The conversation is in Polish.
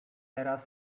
teraz